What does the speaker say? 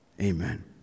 Amen